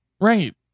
right